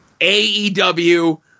AEW